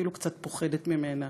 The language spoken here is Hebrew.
אפילו קצת פוחדת ממנה,